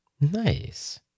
Nice